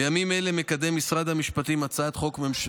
בימים אלה מקדם משרד המשפטים הצעת חוק,